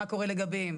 מה קורה לגביהם.